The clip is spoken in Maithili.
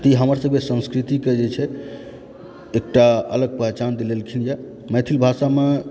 त ई हमरसबके संस्कृतिके जे छै एकटा अलग पहिचान दिलेलखिन यऽ मैथिल भाषामे